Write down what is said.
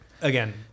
again